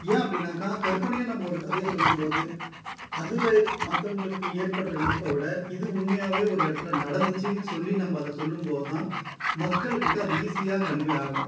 ஏன் அப்படின்னாக்கால் கற்பனையாக ஒரு கதையை சொல்லும்போது அதில் மற்றவங்களுக்கு ஏற்படுகிற ஈர்ப்பை விட இது உண்மையாகவே ஒரு இடத்தில் நடந்துச்சுன்னு சொல்லி நம்ம அதை சொல்லும்போது தான் மக்கள் கிட்டே அது ஈஸியாக கன்வே ஆகும்